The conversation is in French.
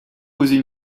poser